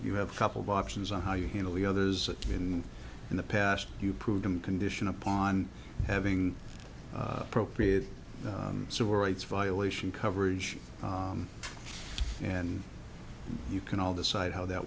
you have a couple of options on how you handle the others when in the past you proved them condition upon having appropriate civil rights violation coverage and you can all decide how that